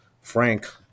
frank